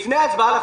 זה אומר שעכשיו